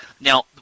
Now